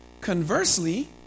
Conversely